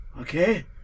okay